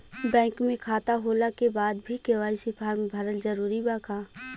Bank में खाता होला के बाद भी के.वाइ.सी फार्म भरल जरूरी बा का?